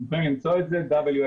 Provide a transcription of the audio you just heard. תוכלו למצוא את זה wfh-israel.org,